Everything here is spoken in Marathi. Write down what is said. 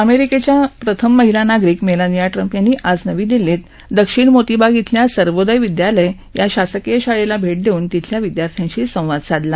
अमेरिकेच्या प्रथम महिला नागरिक मेलानिया ट्रम्प यांनी आज नवी दिल्लीत दक्षिण मोती बाग इथल्या सर्वोदय विद्यालय या शासकीय शाळेला भेट देऊन तिथल्या विद्यार्थ्यांशी संवाद साधला